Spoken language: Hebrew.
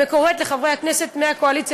וקוראת לחברי הכנסת מהקואליציה